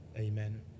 Amen